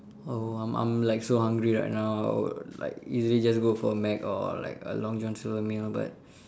oh I'm I'm like so hungry right now I would like usually just go for a Mac or like a Long John Silver meal but